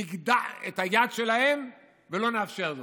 נגדע את היד שלהם ולא נאפשר זאת".